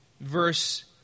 verse